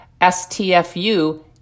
STFU